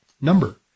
number